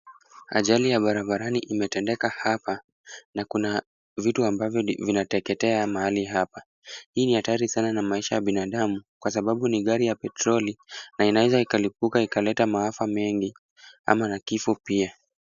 Ajali ya barabarani imetendeka hapa na kuna vitu ambavyo vinateketea mahali hapa. Hii ni hatari sana na maisha ya binadamu kwa sababu ni gari ya petroli na inaweza ikalipuka ikaleta maafa mengi ama na kifo pia